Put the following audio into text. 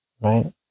right